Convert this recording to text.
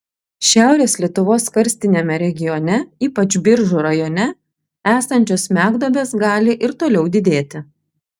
šiaurės lietuvos karstiniame regione ypač biržų rajone esančios smegduobės gali ir toliau didėti